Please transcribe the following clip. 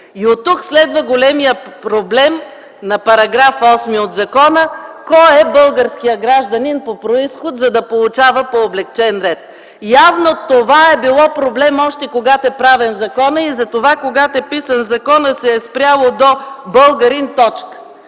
И оттук следва големият проблем на § 8 от закона – кой е българският гражданин по произход, за да получава гражданство по облекчен ред. Явно това е било проблем, още когато е правен законът, и затова, когато е писан законът, са спрели до „българин” и – точка.